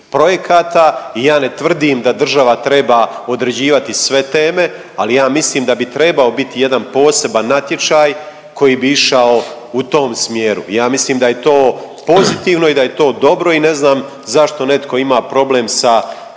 projekata i ja ne tvrdim da država treba određivati sve teme, ali ja mislim da bi trebao biti jedan poseban natječaj koji bi išao u tom smjeru. Ja mislim da je to pozitivno i da je to dobro i ne znam zašto netko ima problem sa